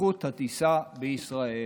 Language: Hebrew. הטיסה בישראל.